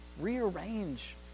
rearrange